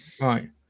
Right